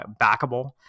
backable